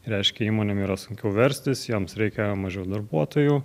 reiškia įmonė yra sunkiau verstis joms reikia mažiau darbuotojų